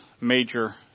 major